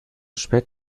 spät